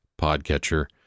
podcatcher